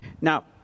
Now